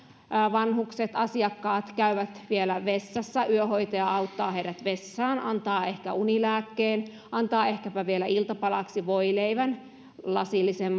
vanhukset asiakkaat käyvät vielä vessassa yöhoitaja auttaa heidät vessaan antaa ehkä unilääkkeen antaa ehkäpä vielä iltapalaksi voileivän lasillisen